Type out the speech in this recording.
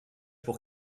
pour